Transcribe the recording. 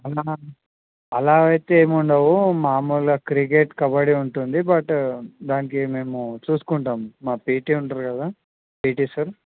అవునా అలా అయితే ఏమి ఉండవు మాములుగా క్రికెట్ కబడ్డీ ఉంటుంది బట్ దానికి మేము చూసుకుంటాము మా పీటీ ఉంటారు కదా పీటీ సార్